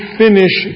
finish